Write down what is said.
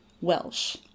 Welsh